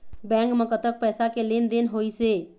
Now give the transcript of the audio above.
Bank म कतक पैसा के लेन देन होइस हे?